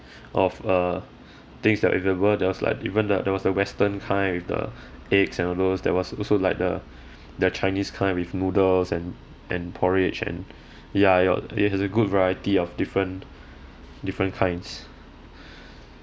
of uh things that available there was like even the there was the western kind with the eggs and all those there was also like the the chinese kind with noodles and and porridge and ya it w~ it has a good variety of different different kinds